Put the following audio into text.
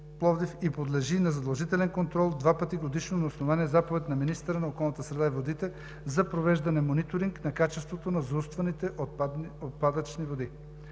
и подлежи на задължителен контрол два пъти годишно, на основание заповед на министъра на околната среда и водите за провеждане на мониторинг на качеството на заустваните отпадъчни води.